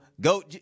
go